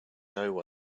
nowhere